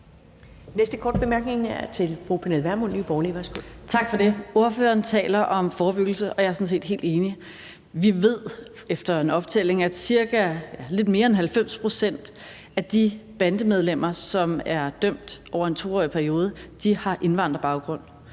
næste korte bemærkning er til fru Pernille Vermund, Nye Borgerlige. Værsgo. Kl. 10:43 Pernille Vermund (NB): Tak for det. Ordføreren taler om forebyggelse, og jeg er sådan set helt enig. Vi ved efter en optælling, at cirka lidt mere end 90 pct. af de bandemedlemmer, som er dømt over en 2-årig periode, har indvandrerbaggrund.